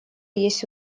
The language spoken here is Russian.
есть